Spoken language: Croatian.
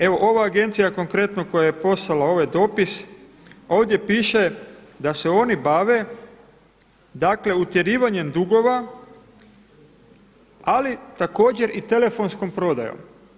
Evo ova Agencija konkretno koja je poslala ovaj dopis ovdje piše da se oni bave, dakle, utjerivanjem dugova ali također i telefonskom prodajom.